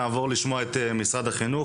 נעבור לשמוע את משרד החינוך,